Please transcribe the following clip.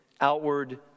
Outward